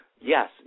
yes